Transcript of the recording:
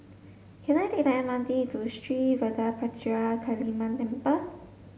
can I take the M R T to Street Vadapathira Kaliamman Temple